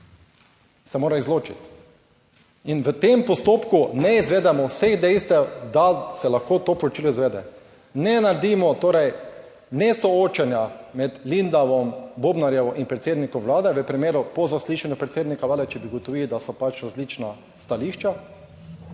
se mora izločiti in v tem postopku ne izvedemo vseh dejstev, da se lahko to poročilo izvede, ne naredimo torej ne soočenja med Lindavom, Bobnarjevo in predsednikom vlade v primeru po zaslišanju predsednika vlade, če bi ugotovili, da so pač različna stališča,